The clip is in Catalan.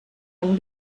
amb